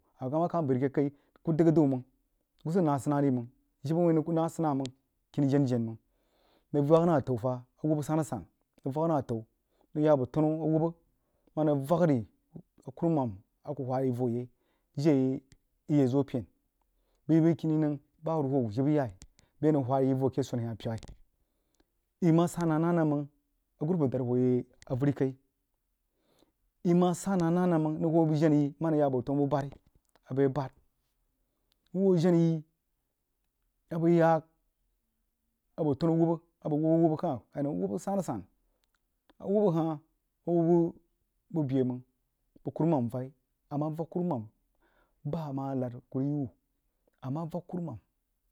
A kah wah kah bəí rig keh kai kul zəg naah sənnəng məng jibə whin nəng kah neh sannah kini jen-jen mong nəng ava nd ɛtɛn a wubba sɛn-asan nəng vak nal atə’u nəng yah boh tenu awubba. Kuma ntang vaghe ari a kuh wha yí voh yɛi yí yeh zos pen bəi bəg kini neng huruhou a kamman whah yi voh keh swana hah pyeghi yí mah seh neh nəh nəm meng a gumpər dahd ho yí avəri kaíí yí mah sah nah nanəm mɛng yi hoo jeneb yi yeh a tanu bubari a bəg yeh behd yi hoo jenah yi abəg yah abo tenu awubba a yi nəm yí yaj wub san-asan awubbo heh awubba bəg bəg mang a wubba bəg kurumam feh bah amch lad kuh rig yiwug amah vak.